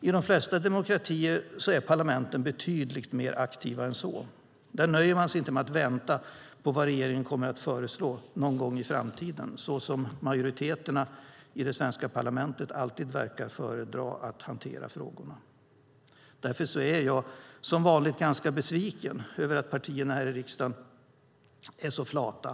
I de flesta demokratier är parlamenten betydligt mer aktiva än så. Där nöjer man sig inte med att vänta på vad regeringen kommer att föreslå någon gång i framtiden, så som majoriteterna i det svenska parlamentet alltid verkar föredra att göra. Därför är jag som vanligt ganska besviken över att partierna här i riksdagen är så flata.